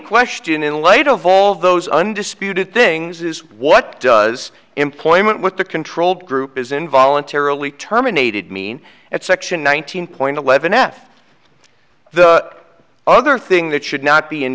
question in light of all those undisputed things is what does employment what the control group is in voluntarily terminated mean at section one thousand point eleven f the other thing that should not be in